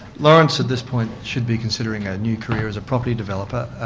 lawrence at this point should be considering a new career as a property developer!